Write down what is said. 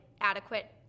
adequate